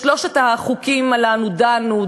בשלושת החוקים הללו דנו,